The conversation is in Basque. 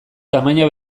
tamaina